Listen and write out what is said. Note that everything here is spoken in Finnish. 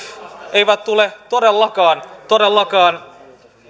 eivät tule todellakaan todellakaan